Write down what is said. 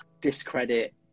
discredit